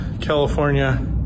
California